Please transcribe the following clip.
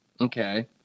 okay